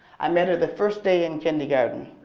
i met her the first day in kindergarten.